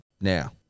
Now